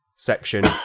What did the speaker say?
section